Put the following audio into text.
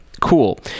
cool